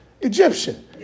Egyptian